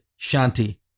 Shanti